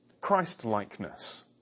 Christ-likeness